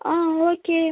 ஆ okay